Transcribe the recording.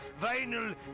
vinyl